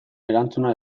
erantzuna